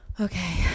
Okay